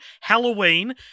Halloween